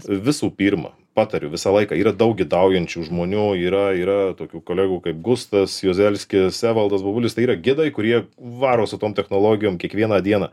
visų pirma patariu visą laiką yra daug gidaujančių žmonių yra yra tokių kolegų kaip gustas juzelskis evaldas baubulys tai yra gidai kurie varo su tom technologijom kiekvieną dieną